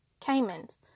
Caymans